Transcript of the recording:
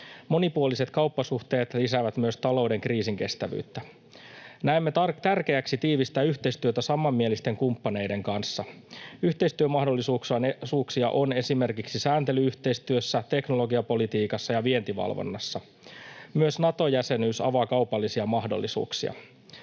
Monipuoliset kauppasuhteet lisäävät myös talouden kriisinkestävyyttä. Näemme tärkeäksi tiivistää yhteistyötä samanmielisten kumppaneiden kanssa. Yhteistyömahdollisuuksia on esimerkiksi sääntely-yhteistyössä, teknologiapolitiikassa ja vientivalvonnassa, myös Nato-jäsenyys avaa kaupallisia mahdollisuuksia.